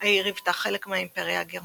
העיר היוותה חלק מהאימפריה הגרמנית.